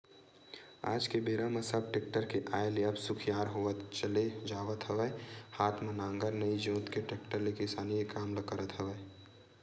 आज के बेरा म सब टेक्टर के आय ले अब सुखियार होवत चले जावत हवय हात म नांगर नइ जोंत के टेक्टर ले किसानी के काम ल करत हवय